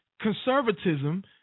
conservatism